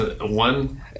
one